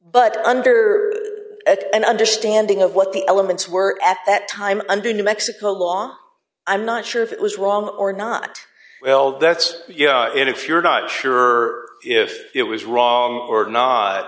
but under an understanding of what the elements were at that time under new mexico law i'm not sure if it was wrong or not well that's it if you're not sure if it was wrong or not